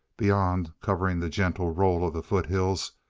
beyond, covering the gentle roll of the foothills,